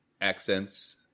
accents